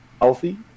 Healthy